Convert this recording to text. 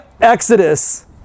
Exodus